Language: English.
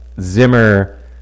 Zimmer